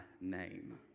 name